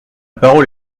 parole